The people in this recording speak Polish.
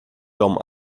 dom